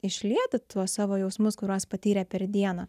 išlieti tuos savo jausmus kuriuos patyrė per dieną